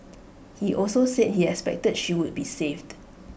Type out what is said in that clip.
he also said he expected she would be saved